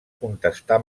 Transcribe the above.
contestar